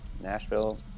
Nashville